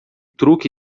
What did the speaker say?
truque